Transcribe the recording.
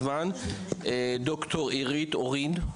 ד"ר עירית אורין.